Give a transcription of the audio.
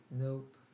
Nope